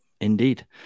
Indeed